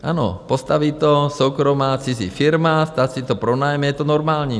Ano, postaví to soukromá, cizí firma, stát si to pronájme, je to normální.